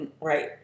Right